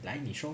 来你说